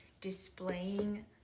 displaying